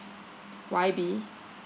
Y B